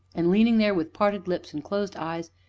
and, leaning there, with parted lips and closed eyes,